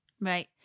Right